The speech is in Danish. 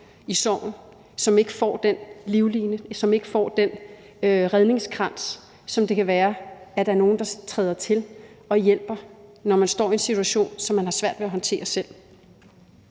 i sorgen, og som ikke får den livline, ikke får den redningskrans, som det kan være, at der er nogen, der træder til og hjælper, når man står i en situation, som man har svært ved håndtere selv.